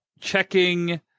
checking